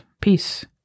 peace